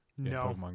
No